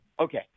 Okay